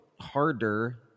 harder